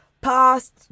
past